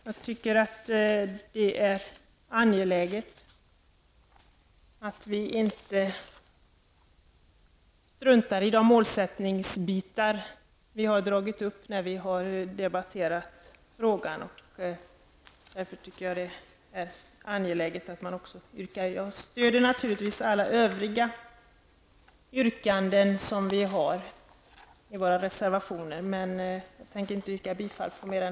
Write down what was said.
Jag tycker att det är angeläget att inte strunta i de målsättningar som vi har dragit upp när vi har debatterat frågan. Jag stöder naturligtvis alla våra övriga reservationer, men jag tänker inte yrka bifall till fler.